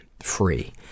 free